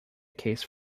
case